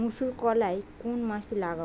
মুসুর কলাই কোন মাসে লাগাব?